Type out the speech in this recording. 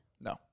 No